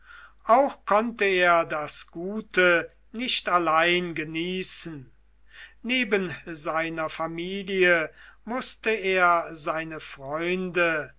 auch konnte er das gute nicht allein genießen neben seiner familie mußte er seine freunde